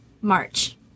march